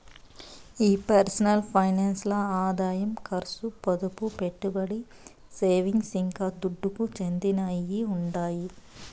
ఈ personal finance ల్ల ఆదాయం కర్సు, పొదుపు, పెట్టుబడి, సేవింగ్స్, ఇంకా దుడ్డుకు చెందినయ్యన్నీ ఉండాయి